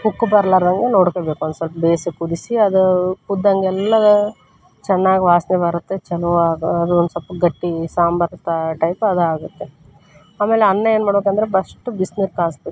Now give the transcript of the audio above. ಉಕ್ಕಿ ಬರಲಾರ್ದಂಗ ನೋಡ್ಕೊಬೇಕು ಒಂದು ಸ್ವಲ್ಪ ಬೇಸಾಗಿ ಕುದಿಸಿ ಅದು ಕುದ್ದಂಗೆಲ್ಲ ಅದು ಚೆನ್ನಾಗಿ ವಾಸನೆ ಬರುತ್ತೆ ಛಲೋ ಅದು ಅದೊಂದು ಸ್ವಲ್ಪ ಗಟ್ಟಿ ಸಾಂಬಾರ್ ತ ಟೈಪ್ ಅದಾಗುತ್ತೆ ಆಮೇಲೆ ಅನ್ನ ಏನು ಮಾಡ್ಬೇಕಂದರೆ ಫಸ್ಟು ಬಿಸ್ನೀರು ಕಾಯ್ಸ್ಬೇಕು